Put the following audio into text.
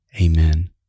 Amen